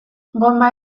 bonba